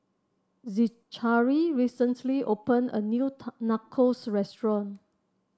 Zechariah recently opened a new Nachos Restaurant